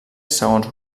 segons